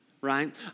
right